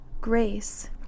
GRACE